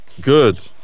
Good